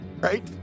Right